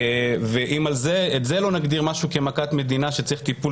ואם את זה לא נגדיר כמכת מדינה שמצריכה טיפול